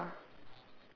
ya